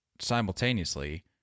simultaneously –